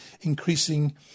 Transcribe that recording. increasing